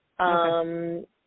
Okay